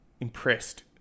impressed